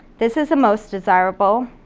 this is the most desirable.